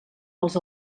els